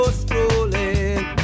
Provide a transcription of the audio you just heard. strolling